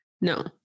No